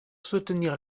soutenir